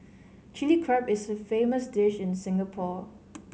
Chilli Crab is a famous dish in Singapore